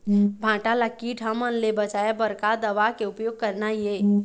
भांटा ला कीट हमन ले बचाए बर का दवा के उपयोग करना ये?